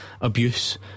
Abuse